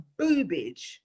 boobage